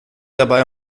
dabei